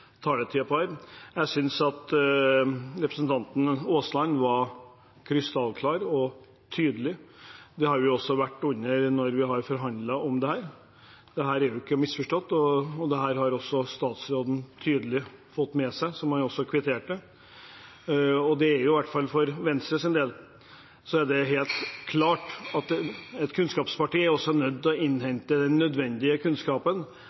jeg skal ikke misbruke taletiden på dette. Jeg synes at representanten Aasland var krystallklar og tydelig. Det var vi også da vi forhandlet om dette. Dette er ikke misforstått. Dette har statsråden tydelig fått med seg, som han også kvitterte for. I hvert fall for Venstres del er det helt klart at et kunnskapsparti er nødt til å innhente den nødvendige kunnskapen.